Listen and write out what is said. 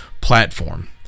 platform